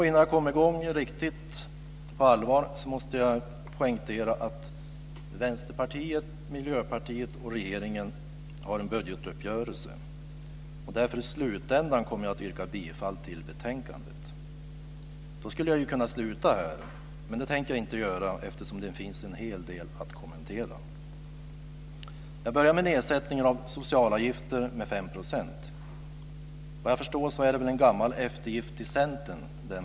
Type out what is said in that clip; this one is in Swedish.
Innan jag kommer i gång på allvar måste jag poängtera att Vänsterpartiet, Miljöpartiet och regeringen har en budgetuppgörelse. Därför kommer jag i slutändan att yrka bifall till hemställan i betänkandet. Då skulle jag ju kunna sluta här, men det tänker jag inte göra, eftersom det finns en hel del att kommentera. Jag börjar med frågan om en nedsättning med 5 % av socialavgifterna. Såvitt jag förstår är den delen en gammal eftergift till Centern.